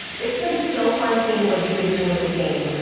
it's been so fun seeing what you've been doing with the game.